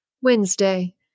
Wednesday